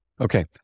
Okay